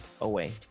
away